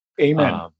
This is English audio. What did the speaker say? Amen